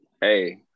hey